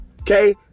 Okay